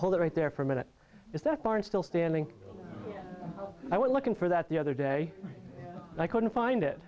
hold it right there for a minute is that barn still standing i went looking for that the other day i couldn't find it